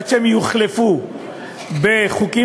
ועד שהם יוחלפו בחוקים